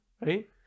Right